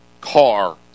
car